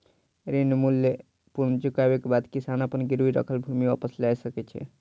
ऋण मूल्य पूर्ण चुकबै के बाद किसान अपन गिरवी राखल भूमि वापस लअ सकै छै